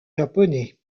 japonais